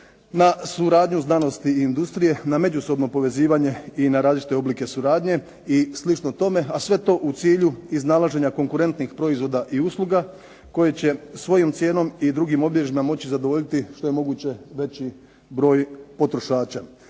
na suradnju znanosti i industrije, na međusobno povezivanje i na različite oblike suradnje i slično tome, a sve to u cilju iznalaženja konkurentnih proizvoda i usluga koji će svojom cijenom i drugim obilježjima moći zadovoljiti što je moguće veći broj potrošača.